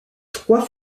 trois